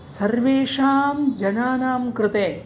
सर्वेषां जनानां कृते